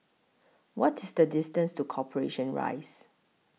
What IS The distance to Corporation Rise